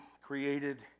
created